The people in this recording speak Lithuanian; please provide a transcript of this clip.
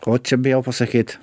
o čia bijau pasakyt